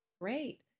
Great